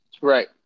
Right